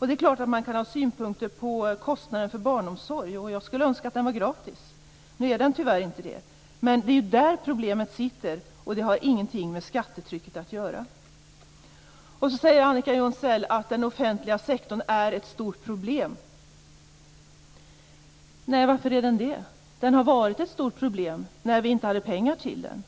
Det är klart att man kan ha synpunkter på kostnaden för barnomsorg. Jag skulle önska att barnomsorgen var gratis. Tyvärr är den inte det. Det är där som problemet finns. Det här har alltså ingenting med skattetrycket att göra. Annika Jonsell säger att den offentliga sektorn är ett stort problem. Nej, varför är den det? Den var ett stort problem när vi inte hade pengar till den.